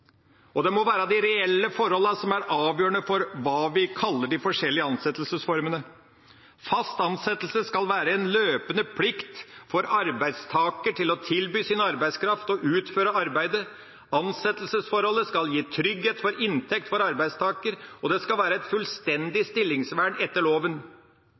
og det må være de reelle forholdene som er avgjørende for hva vi kaller de forskjellige ansettelsesformene. Fast ansettelse skal være en løpende plikt for arbeidstaker til å tilby sin arbeidskraft og utføre arbeidet. Ansettelsesforholdet skal gi trygghet for inntekt for arbeidstaker, og det skal være et fullstendig stillingsvern etter loven.